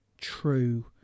true